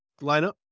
lineup